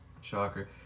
shocker